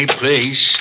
place